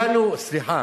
סליחה,